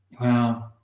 Wow